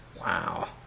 Wow